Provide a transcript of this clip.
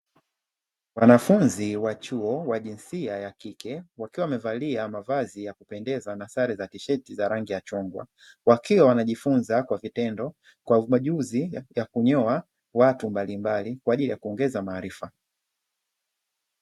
Wanafunzi wa chuo wa jinsia ya kike, wakiwa wamevalia mavazi ya kupendeza na sare za tisheti za rangi ya Chungwa, wakiwa wanajifunza kwa vitendo ujuzi wa kunyoa watu mbalimbali kwaajili ya kuongeza maarifa.